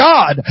God